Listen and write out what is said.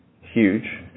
huge